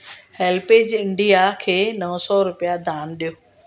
HelpAge India खे नौ सौ रुपिया दान ॾियो